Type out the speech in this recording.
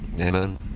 Amen